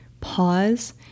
Pause